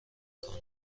کنم